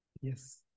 Yes